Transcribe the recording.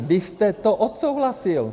Vy jste to odsouhlasil.